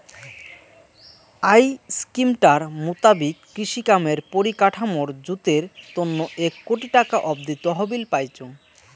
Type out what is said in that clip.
I স্কিমটার মুতাবিক কৃষিকামের পরিকাঠামর জুতের তন্ন এক কোটি টাকা অব্দি তহবিল পাইচুঙ